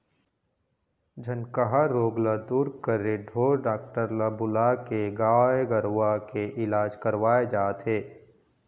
झनकहा रोग ल दूर करे ढोर डॉक्टर ल बुलाके गाय गरुवा के इलाज करवाय जाथे